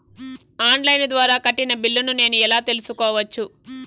On line ద్వారా కట్టిన బిల్లును నేను ఎలా తెలుసుకోవచ్చు?